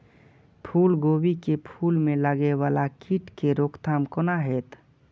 फुल गोभी के फुल में लागे वाला कीट के रोकथाम कौना हैत?